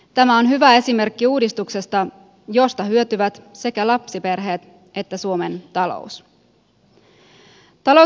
tämä on hyvä esimerkki uudistuksesta josta hyötyvät sekä lapsiperheet että suomen talous